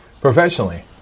Professionally